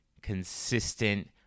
consistent